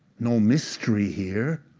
no mystery here.